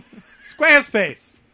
Squarespace